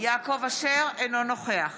אינו נוכח